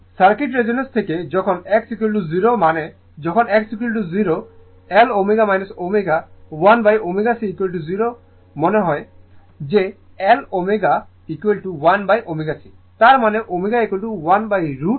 circuit resonance থাকে যখন X0 মানে যখন X0 মানে L ω ω 1ω C0 মানে যে L ω1ω C তার মানে ω 1√ L Cω0